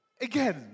again